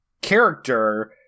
character